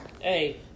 Hey